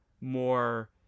more